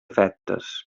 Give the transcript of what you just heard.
efectes